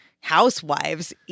housewives